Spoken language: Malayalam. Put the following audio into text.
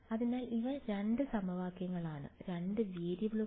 അതിനാൽ ഇവ 2 സമവാക്യങ്ങളാണ് 2 വേരിയബിളുകൾ